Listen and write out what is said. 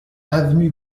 avenue